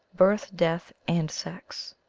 birth, death, and sex.